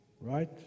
right